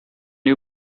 you